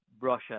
Russia